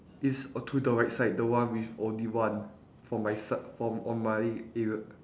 is uh to the right side the one with only one for my side for on my area